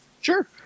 Sure